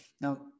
Now